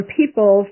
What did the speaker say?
people